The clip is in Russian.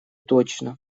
точно